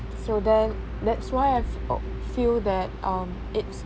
so then that's why I felt feel that um it's